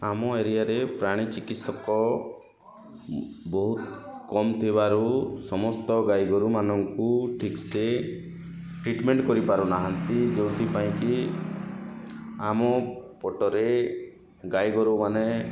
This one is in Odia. ଆମ ଏରିଆରେ ପ୍ରାଣୀ ଚିକିତ୍ସକ ବହୁତ କମ ଥିବାରୁ ସମସ୍ତ ଗାଈଗୋରୁମାନଙ୍କୁ ଠିକସେ ଟ୍ରିଟମେଣ୍ଟ୍ କରିପାରୁ ନାହାଁନ୍ତି ଯେଉଁଥି ପାଇଁ କି ଆମ ପଟରେ ଗାଈଗୋରୁ ମାନେ